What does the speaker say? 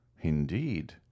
indeed